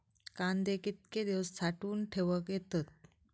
कांदे कितके दिवस साठऊन ठेवक येतत?